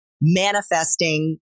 manifesting